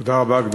תודה רבה.